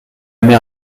mer